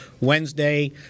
Wednesday